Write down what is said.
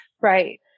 Right